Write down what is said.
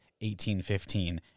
1815